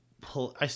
pull